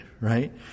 right